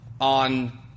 on